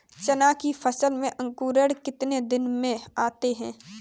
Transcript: चना की फसल में अंकुरण कितने दिन में आते हैं?